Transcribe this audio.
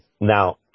Now